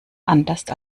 anderst